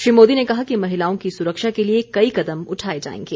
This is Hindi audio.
श्री मोदी ने कहा कि महिलाओं की सुरक्षा के लिए कई कदम उठाये जायेंगे